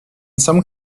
some